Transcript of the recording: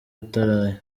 ataraye